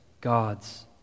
God's